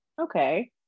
okay